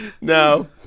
No